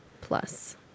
plus